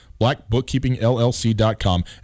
blackbookkeepingllc.com